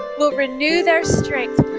will renew their strength.